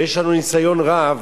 ויש לנו ניסיון רב